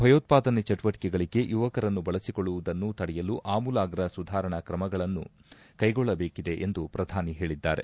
ಭಯೋತ್ವಾದನೆ ಚಟುವಟಕೆಗಳಗೆ ಯುವಕರನ್ನು ಬಳಸಿಕೊಳ್ಳುವುದನ್ನು ತಡೆಯಲು ಆಮೂಲಾಗ್ರ ಸುಧಾರಣಾ ಕ್ರಮಗಳನ್ನು ಕೈಗೊಳ್ಳಬೇಕಿದೆ ಎಂದು ಪ್ರಧಾನಿ ಹೇಳಿದ್ದಾರೆ